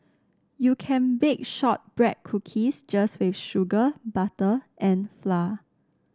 you can bake shortbread cookies just with sugar butter and flour